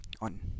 on